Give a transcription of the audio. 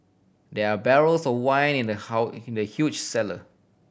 there are barrels of wine in the in the huge cellar